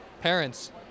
parents